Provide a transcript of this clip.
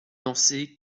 lancer